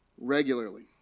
regularly